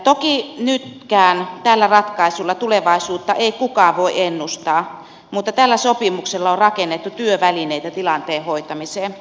toki nytkään tällä ratkaisulla tulevaisuutta ei kukaan voi ennustaa mutta tällä sopimuksella on rakennettu työvälineitä tilanteen hoitamiseen